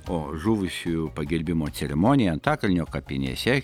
o žuvusiųjų pagerbimo ceremonija antakalnio kapinėse